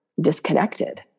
disconnected